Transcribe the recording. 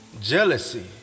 jealousy